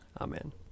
Amen